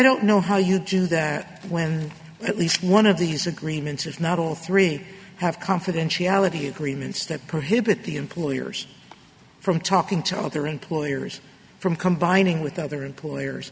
don't know how you do that when at least one of these agreements if not all three have confidentiality agreements that prohibit the employers from talking to other employers from combining with other